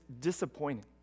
disappointing